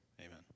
amen